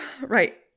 Right